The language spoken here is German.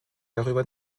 darüber